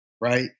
Right